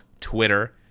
Twitter